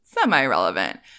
semi-relevant